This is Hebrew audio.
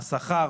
השכר,